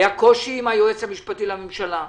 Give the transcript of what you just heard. היה קושי עם היועץ המשפטי לממשלה,